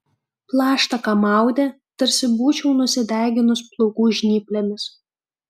plaštaką maudė tarsi būčiau nusideginus plaukų žnyplėmis